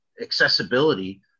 accessibility